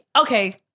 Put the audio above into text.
Okay